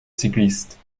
cycliste